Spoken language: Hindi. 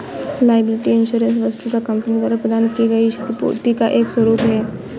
लायबिलिटी इंश्योरेंस वस्तुतः कंपनी द्वारा प्रदान की गई क्षतिपूर्ति का एक स्वरूप है